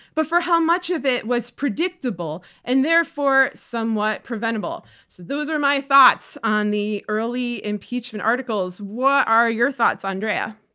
but for how much of it was predictable and therefore somewhat preventable. so those are my thoughts on the early impeachment articles. what are your thoughts, andrea?